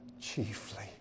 chiefly